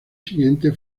siguiente